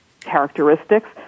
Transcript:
characteristics